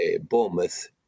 Bournemouth